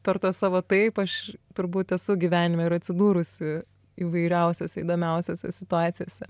per tą savo taip aš turbūt esu gyvenime ir atsidūrusi įvairiausiose įdomiausiose situacijose